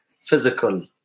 physical